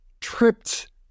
Tripped